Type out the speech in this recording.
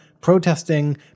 protesting